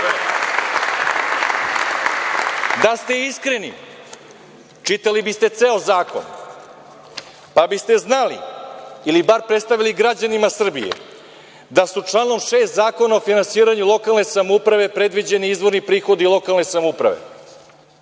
ste iskreni, čitali biste ceo zakon, pa biste znali ili bar predstavili građanima Srbije da su članom 6. Zakona o finansiranju lokalne samouprave predviđeni izvorni prihodi lokalne samouprave.